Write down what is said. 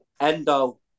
Endo